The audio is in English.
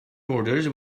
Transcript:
borders